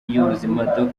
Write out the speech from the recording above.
y’ubuzima